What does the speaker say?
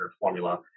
formula